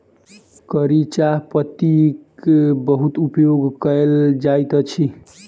कारी चाह पत्तीक बहुत उपयोग कयल जाइत अछि